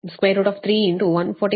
13 ಗೆ ಸಮಾನವಾಗಿರುತ್ತದೆ ಅದು 251